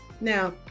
Now